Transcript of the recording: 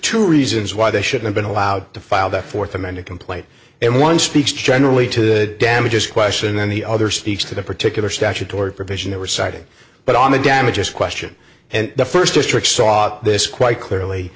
two reasons why they should have been allowed to file the fourth amended complaint in one speech generally to damages question and the other speaks to the particular statutory provision they were citing but on the damages question and the first district saw this quite clearly